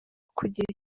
kugira